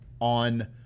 on